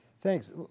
Thanks